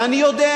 ואני יודע,